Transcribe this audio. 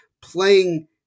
playing